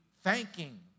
thanking